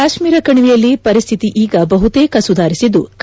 ಕಾಶ್ನೀರ ಕಣಿವೆಯಲ್ಲಿ ಪರಿಸ್ತಿತಿ ಈಗ ಬಹುತೇಕ ಸುಧಾರಿಸಿದ್ಲು